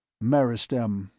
meristem,